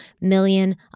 million